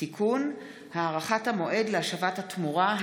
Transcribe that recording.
(תיקון) (הארכת המועד להשבת התמורה),